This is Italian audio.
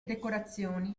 decorazioni